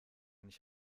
nicht